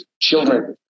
children